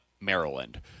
Maryland